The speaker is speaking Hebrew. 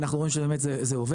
ואנחנו רואים שבאמת זה עובד.